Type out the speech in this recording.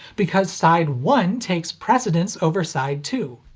because side one takes precedence over side two.